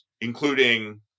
including